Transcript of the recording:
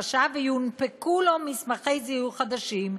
הבקשה ויונפקו לו מסמכי זיהוי חדשים.